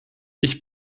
ich